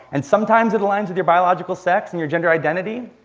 and sometimes it aligns with your biological sex and your gender identity,